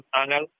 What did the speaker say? anal